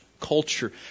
culture